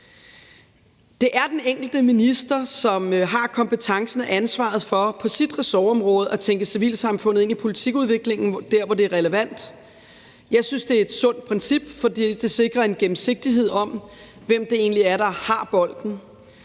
Det er den enkelte minister, som har kompetencen til og ansvaret for på sit ressortområde at tænke civilsamfundet ind i politikudviklingen der, hvor det er relevant. Jeg synes, det er et sundt princip, fordi det sikrer en gennemsigtighed, i forhold til hvem det egentlig er, der har bolden.